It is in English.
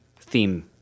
theme